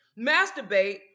Masturbate